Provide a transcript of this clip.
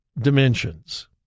dimensions